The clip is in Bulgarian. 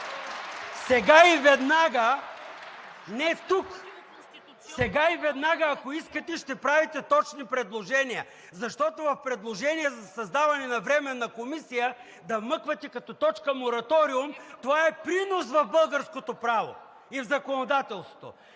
Сега и веднага, ако искате, ще правите точни предложения, защото в предложения за създаване на временна комисия да вмъквате като точка „Мораториум“, това е принос в българското право и законодателство.